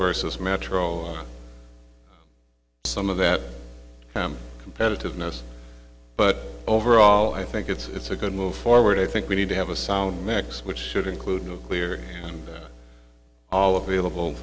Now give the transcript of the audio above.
versus metro on some of that competitiveness but overall i think it's a good move forward i think we need to have a sound mix which should include nuclear and all